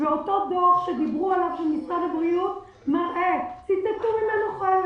ואותו דוח שדיברו עליו של משרד הבריאות מראה ציטטו ממנו חלק